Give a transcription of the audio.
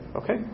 Okay